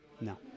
No